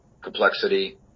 complexity